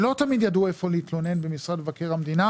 שלא תמיד ידעו איפה להתלונן במשרד מבקר המדינה.